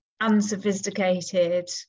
unsophisticated